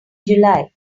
july